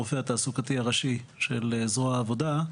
הרופא התעסוקתי הראשי של זרוע העבודה.